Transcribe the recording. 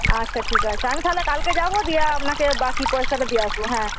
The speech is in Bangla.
আচ্ছা ঠিক আছে আমি তাহলে কালকে যাব দিয়ে আপনাকে বাকি পয়সাটা দিয়ে আসবো হ্যাঁ